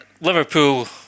Liverpool